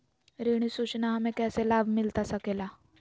ऋण सूचना हमें कैसे लाभ मिलता सके ला?